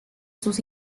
sus